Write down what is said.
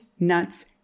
nuts